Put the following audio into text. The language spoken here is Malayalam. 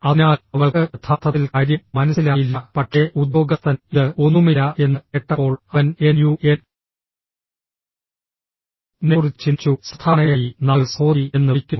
അതിനാൽ അവൾക്ക് യഥാർത്ഥത്തിൽ കാര്യം മനസ്സിലായില്ല പക്ഷേ ഉദ്യോഗസ്ഥൻ ഇത് ഒന്നുമില്ല എന്ന് കേട്ടപ്പോൾ അവൻ എൻ യു എൻ നെക്കുറിച്ച് ചിന്തിച്ചു സാധാരണയായി നമ്മൾ സഹോദരി എന്ന് വിളിക്കുന്നു